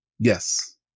Yes